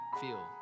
feel